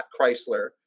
chrysler